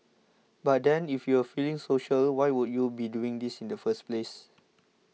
but then if you were feeling social why would you be doing this in the first place